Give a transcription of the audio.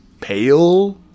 pale